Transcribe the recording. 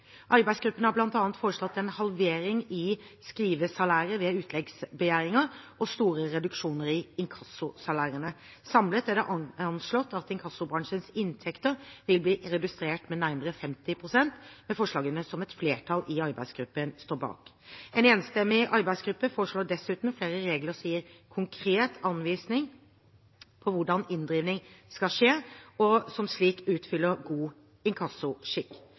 Arbeidsgruppen har bl.a. foreslått en halvering av skrivesalæret ved utleggsbegjæringer og store reduksjoner i inkassosalærene. Samlet er det anslått at inkassobransjens inntekter vil bli redusert med nærmere 50 pst. med forslagene som et flertall i arbeidsgruppen står bak. En enstemmig arbeidsgruppe foreslår dessuten flere regler som gir en konkret anvisning på hvordan inndrivingen skal skje, og som slik utfyller god inkassoskikk.